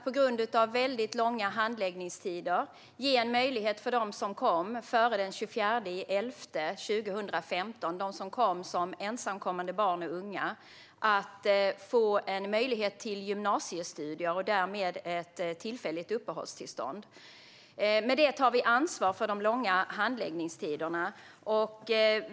På grund av väldigt långa handläggningstider vill vi ge en möjlighet till gymnasiestudier för dem som kom som ensamkommande barn och unga före den 24 november 2015. De får då ett tillfälligt uppehållstillstånd. I och med detta tar vi ansvar för de långa handläggningstiderna.